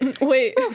Wait